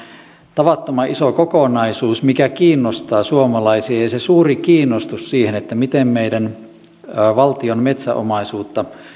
tavattoman iso kokonaisuus mikä kiinnostaa suomalaisia ja ja se suuri kiinnostus siihen miten meidän valtiomme metsäomaisuutta